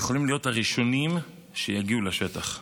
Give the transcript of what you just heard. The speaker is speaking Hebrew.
יכולים להיות הראשונים שיגיעו לשטח.